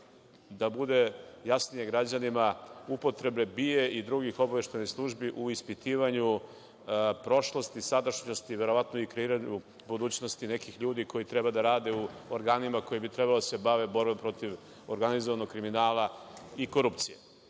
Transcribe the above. da bude jasnije građanima, upotrebe BIA i drugih obaveštajnih službi u ispitivanju prošlosti, sadašnjosti, verovatno i kreiranju budućnosti nekih ljudi koji treba da rade u organima koji treba da se bave borbom protiv organizovanog kriminala i korupcije. Postoje